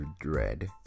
dread